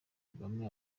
kagame